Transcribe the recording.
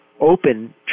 open